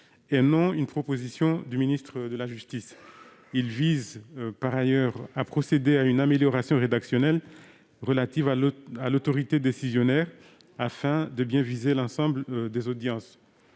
et non une proposition du ministre de la justice. Il vise par ailleurs à procéder à une amélioration rédactionnelle relative à l'autorité décisionnaire, afin de bien viser l'ensemble des audiences.